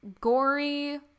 gory